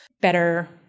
better